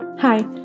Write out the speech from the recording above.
Hi